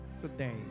today